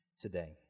today